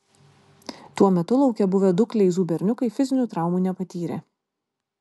tuo metu lauke buvę du kleizų berniukai fizinių traumų nepatyrė